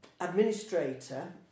administrator